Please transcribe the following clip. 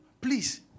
Please